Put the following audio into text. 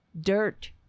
Dirt